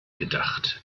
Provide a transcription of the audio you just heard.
gedacht